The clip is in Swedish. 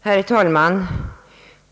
Herr talman!